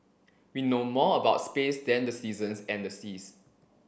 we know more about space than the seasons and the seas